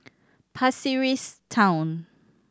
Pasir Ris Town